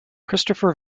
christopher